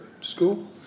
school